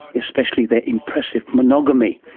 especially their impressive monogamy.